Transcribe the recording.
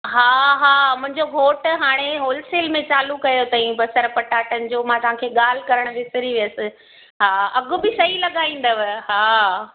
हा हा मुंहिंजो घोटु हाणे होलसेल में चालू कयो अथई बसर पटाटनि जो मां तव्हांखे ॻाल्हि करणु विसरी वयसि हा अघि बि सही लॻाईंदव हा